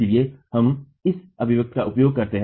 इसलिए हम इस अभिव्यक्ति का उपयोग करते हैं